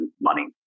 money